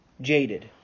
jaded